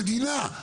המדינה,